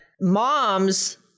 Moms